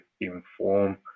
inform